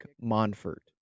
Monfort